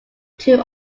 two